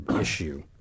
issue